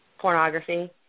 pornography